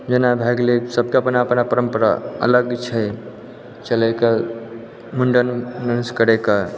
जेना भए गेलै सभके अपन अपन परम्परा अलग छै चलै कऽ मुण्डन मिन्स करै कऽ